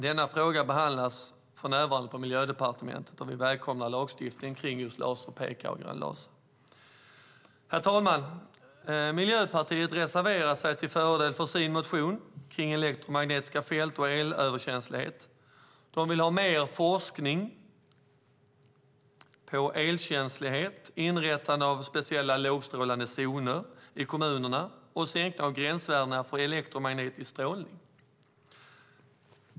Denna fråga behandlas för närvarande på Miljödepartementet, och vi välkomnar lagstiftning om laserpekare och grön laser. Herr talman! Miljöpartiet reserverar sig till förmån för sin motion om elektromagnetiska fält och elöverkänslighet. De vill ha mer forskning på elöverkänslighet, ett inrättande av speciella lågstrålande zoner i kommunerna och sänkning av gränsvärdena för elektromagnetisk strålning.